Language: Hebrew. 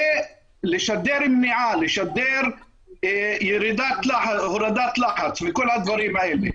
ולשדר מניעה, לשדר הורדת לחץ מכל הדברים האלה.